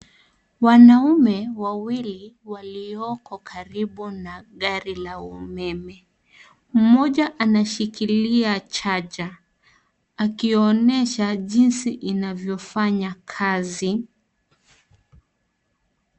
Wanaume wawili walioko karibu na gari la umeme, mmoja anashikilia charger akionyesha jinsi inavyofanya kazi.